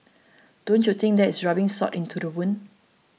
don't you think that is rubbing salt into the wound